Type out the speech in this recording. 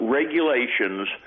regulations